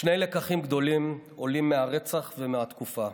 שני לקחים גדולים עולים מהרצח ומתקופה.